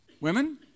Women